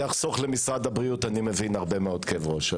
זה יחסוך למשרד הבריאות הרבה מאוד כאב ראש.